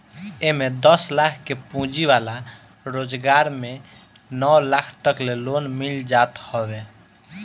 एमे दस लाख के पूंजी वाला रोजगार में नौ लाख तकले लोन मिल जात हवे